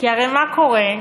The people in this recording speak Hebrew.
כי הרי מה קורה?